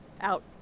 out